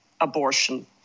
abortion